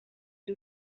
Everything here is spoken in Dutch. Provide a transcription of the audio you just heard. doe